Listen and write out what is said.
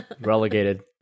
relegated